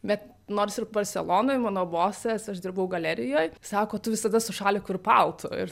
bet nors ir barselonoj mano bosas aš dirbau galerijoj sako tu visada su šaliku ir paltu ir